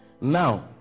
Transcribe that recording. Now